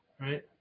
Right